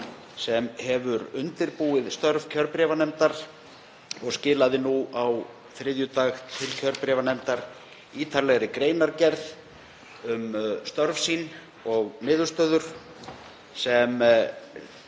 sem hefur undirbúið störf kjörbréfanefndar og skilaði nú á þriðjudag til kjörbréfanefndar ítarlegri greinargerð um störf sín og niðurstöður sem